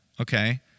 Okay